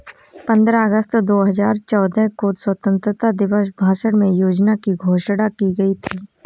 पन्द्रह अगस्त दो हजार चौदह को स्वतंत्रता दिवस भाषण में योजना की घोषणा की गयी थी